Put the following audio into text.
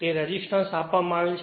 તે રેસિસ્ટન્સ આપવામાં આવેલ છે